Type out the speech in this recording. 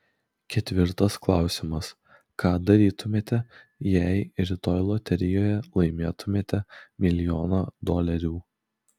ketvirtas klausimas ką darytumėte jei rytoj loterijoje laimėtumėte milijoną dolerių